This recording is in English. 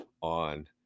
on